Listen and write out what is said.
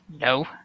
No